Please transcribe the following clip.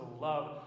love